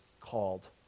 called